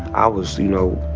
i was, you know,